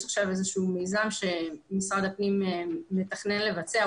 יש עכשיו איזשהו מיזם שמשרד הפנים מתכנן לבצע.